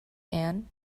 ann